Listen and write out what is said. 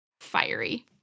fiery